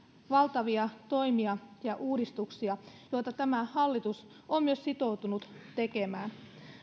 valtavia toimia ja uudistuksia joita tämä hallitus on myös sitoutunut tekemään